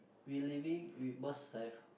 we living we must have